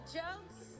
jokes